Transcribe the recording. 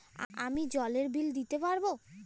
আমি জলের বিল দিতে পারবো?